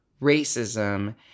racism